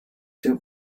too